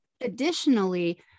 Additionally